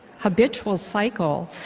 habitual cycle.